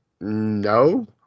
No